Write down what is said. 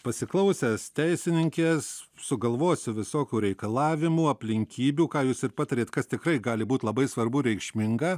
pasiklausęs teisininkės sugalvosiu visokių reikalavimų aplinkybių ką jūs ir patarėt kas tikrai gali būt labai svarbu reikšminga